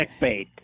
clickbait